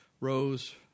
rose